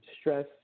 stress